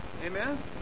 Amen